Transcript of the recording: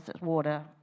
water